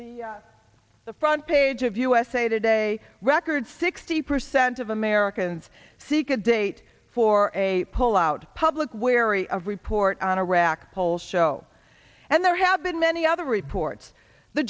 it the front page of usa today record sixty percent of americans seek a date for a pullout public wary of report on iraq polls show and there have been many other reports the